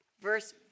verse